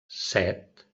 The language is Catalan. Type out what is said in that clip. set